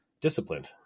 disciplined